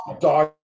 dog